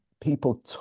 people